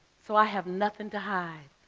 so i have nothing to hide,